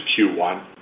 Q1